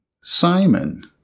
Simon